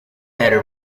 better